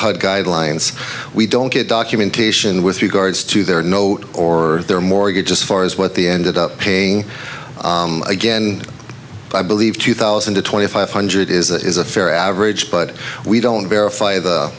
hud guidelines we don't get documentation with regards to their note or their mortgage just far as what the ended up paying again i believe two thousand to twenty five hundred is a fair average but we don't verify the